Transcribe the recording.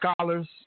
scholars